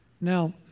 Now